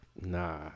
nah